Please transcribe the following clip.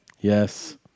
Yes